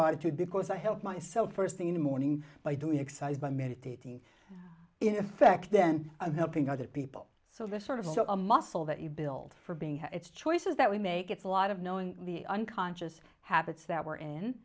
about you because i help myself first thing in the morning by doing excise by meditating in effect then helping other people so they sort of a muscle that you build for being it's choices that we make it's a lot of knowing the unconscious habits that we're in